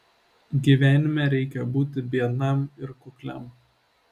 gyvenime reikia būti biednam ir kukliam